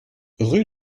rue